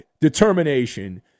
determination